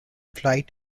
flight